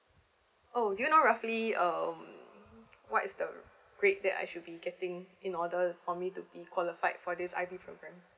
oh you know roughly um what is the grade that I should be getting in order for me to be qualified for this I_B program